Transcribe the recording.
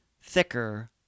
thicker